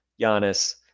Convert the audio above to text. Giannis